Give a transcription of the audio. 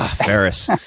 ah ferriss,